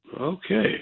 Okay